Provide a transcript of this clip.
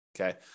Okay